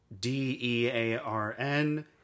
D-E-A-R-N